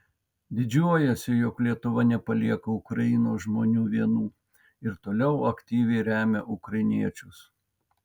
didžiuojuosi jog lietuva nepalieka ukrainos žmonių vienų ir toliau aktyviai remia ukrainiečius